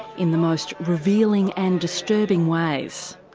in the most revealing and disturbing ways.